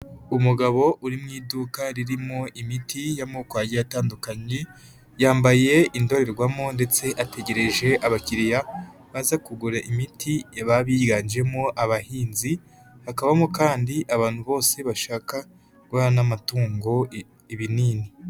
Umugabo uri mu iduka ririmo imiti y'amoko agiye atandukanye yambaye indorerwamo ndetse ategereje abakiriya baza kugura imiti baba biganjemo abahinzi hakabamo kandi abantu bose bashaka guha n'amatungo ibinini.